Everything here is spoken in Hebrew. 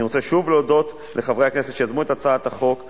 אני רוצה לשוב ולהודות לחברי הכנסת שיזמו הצעת חוק זו,